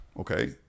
okay